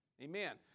Amen